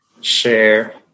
share